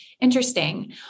Interesting